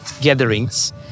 gatherings